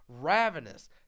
ravenous